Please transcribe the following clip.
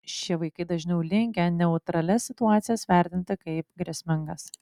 šie vaikai dažniau linkę neutralias situacijas vertinti kaip grėsmingas